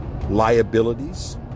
liabilities